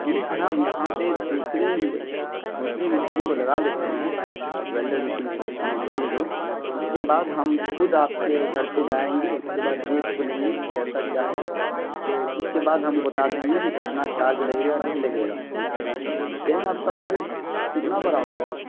ٹھیک ہے ہم یہاں پہ دوسرے دوسرے مستری کو لگا دیتے ہیں ویلڈر مشین کو مستری کو اس کے بعد ہم خود آپ کے گھر پہ جائیں گے اس کے بعد دیکھ بھی لیں گے کہ کیسا کیا ہے اس کے بعد ہم بتا دیں گے کہ کتنا چارج لگے گا نہیں لگے گا دین آپ کا گھر کتنا بڑا ہو جائے گا